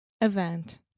Event